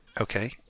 Okay